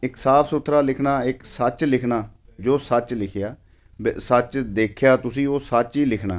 ਇੱਕ ਸਾਫ ਸੁਥਰਾ ਲਿਖਣਾ ਇੱਕ ਸੱਚ ਲਿਖਣਾ ਜੋ ਸੱਚ ਲਿਖਿਆ ਸੱਚ ਦੇਖਿਆ ਤੁਸੀਂ ਉਹ ਸੱਚ ਹੀ ਲਿਖਣਾ